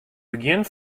begjin